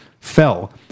fell